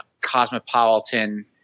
cosmopolitan –